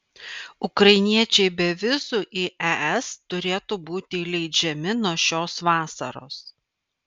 ukrainiečiai be vizų į es turėtų būti įleidžiami nuo šios vasaros